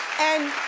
and